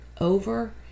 over